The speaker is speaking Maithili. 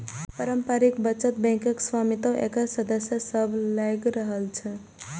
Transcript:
पारस्परिक बचत बैंकक स्वामित्व एकर सदस्य सभ लग रहै छै